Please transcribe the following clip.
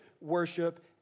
worship